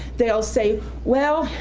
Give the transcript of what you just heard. they'll say well,